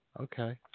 Okay